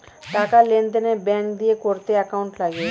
টাকার লেনদেন ব্যাঙ্ক দিয়ে করতে অ্যাকাউন্ট লাগে